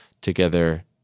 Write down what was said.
together